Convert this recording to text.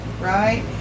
Right